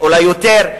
ואולי יותר,